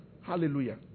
Hallelujah